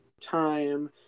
time